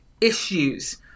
issues